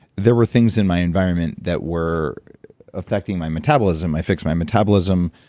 there were things in my environment that were affecting my metabolism. i fixed my metabolism,